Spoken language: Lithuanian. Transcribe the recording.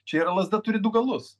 čia ir lazda turi du galus